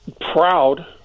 proud